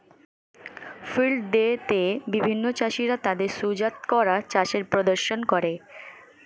field day তে বিভিন্ন চাষীরা তাদের সুজাত করা চাষের প্রদর্শন করে